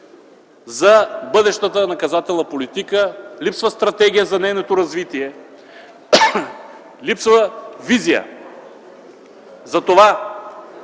за бъдещата наказателна политика, липсва стратегия за нейното развитие, липсва визия за това